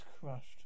crushed